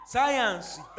Science